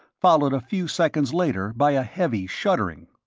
followed a few seconds later by a heavy shuddering.